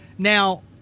Now